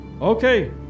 Okay